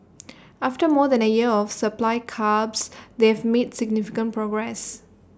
after more than A year of supply curbs they've made significant progress